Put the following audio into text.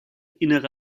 innere